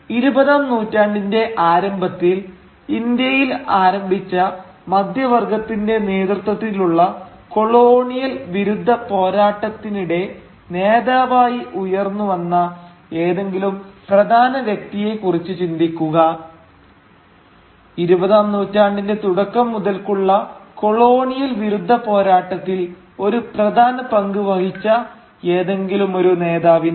ഇരുപതാം നൂറ്റാണ്ടിന്റെ ആരംഭത്തിൽ ഇന്ത്യയിൽ ആരംഭിച്ച മധ്യവർഗ്ഗത്തിന്റെ നേതൃത്വത്തിലുള്ള കൊളോണിയൽ വിരുദ്ധ പോരാട്ടത്തിനിടെ നേതാവായി ഉയർന്നു വന്ന ഏതെങ്കിലും പ്രധാന വ്യക്തിയെ കുറിച്ച് ചിന്തിക്കുക ഇരുപതാം നൂറ്റാണ്ടിന്റെ തുടക്കം മുതൽക്കുള്ള കൊളോണിയൽ വിരുദ്ധ പോരാട്ടത്തിൽ ഒരു പ്രധാന പങ്ക് വഹിച്ച ഏതെങ്കിലും ഒരു നേതാവിനെ